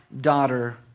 daughter